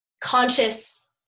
conscious